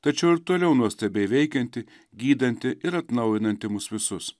tačiau ir toliau nuostabiai veikiantį gydantį ir atnaujinantį mus visus